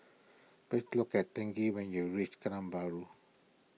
please look at thing given you reach Geylang Bahru